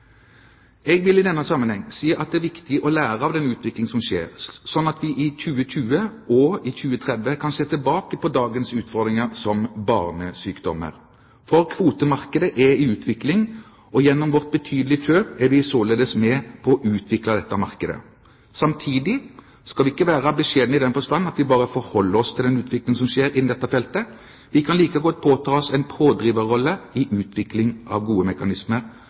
Jeg vil i denne sammenheng si at det er viktig å lære av den utvikling som skjer, slik at vi i 2020 og i 2030 kan se tilbake på dagens utfordringer som barnesykdommer. For kvotemarkedet er i utvikling, og gjennom vårt betydelige kjøp er vi således med på å utvikle dette markedet. Samtidig skal vi ikke være beskjedne i den forstand at vi bare forholder oss til den utvikling som skjer innen dette feltet. Vi kan like godt påta oss en pådriverrolle i utvikling av gode mekanismer.